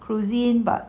cuisine but